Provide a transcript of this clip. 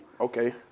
Okay